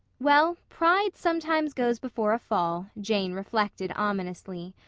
well, pride sometimes goes before a fall, jane reflected ominously.